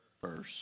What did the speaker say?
first